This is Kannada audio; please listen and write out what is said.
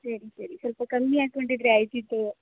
ಸರಿ ಸರಿ ಸ್ವಲ್ಪ ಕಮ್ಮಿ ಹಾಕ್ಕೊಂಡಿದ್ರೆ ಆಗ್ತಿತ್ತು